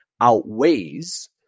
outweighs